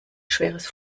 schweres